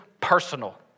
personal